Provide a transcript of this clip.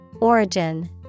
Origin